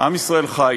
עם ישראל חי,